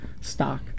stock